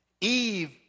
Eve